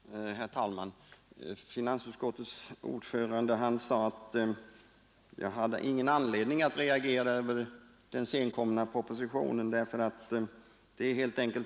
Herr talman! Finansutskottets ordförande sade att jag inte hade någon anledning att reagera mot den senkomna propositionen därför att edan är vidtagna.